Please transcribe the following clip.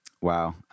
Wow